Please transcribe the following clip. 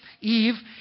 Eve